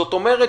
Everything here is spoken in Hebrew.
זאת אומרת,